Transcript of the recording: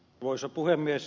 arvoisa puhemies